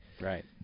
Right